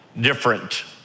different